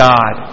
God